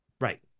Right